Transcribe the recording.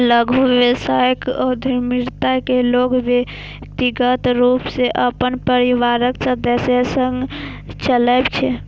लघु व्यवसाय उद्यमिता कें लोग व्यक्तिगत रूप सं अपन परिवारक सदस्य संग चलबै छै